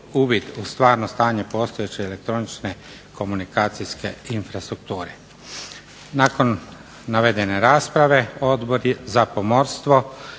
uvid u stvarno stanje postojeće elektroničke komunikacijske infrastrukture. Nakon navedene rasprave Odbor za pomorstvo